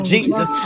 Jesus